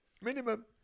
minimum